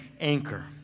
anchor